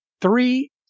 three